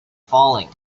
falling